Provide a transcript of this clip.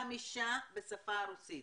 חמישה בשפה הרוסית.